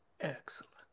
Excellent